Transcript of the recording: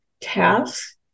tasks